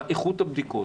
מה איכות הבדיקות,